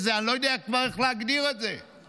אני כבר לא יודע איך להגדיר את זה.